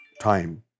time